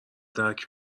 درک